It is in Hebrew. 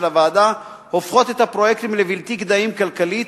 הוועדה הופכות את הפרויקטים לבלתי כדאיים כלכלית,